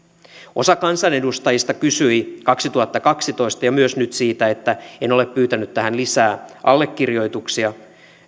osa kansanedustajista kysyi kaksituhattakaksitoista ja myös nyt siitä että en ole pyytänyt tähän lisää allekirjoituksia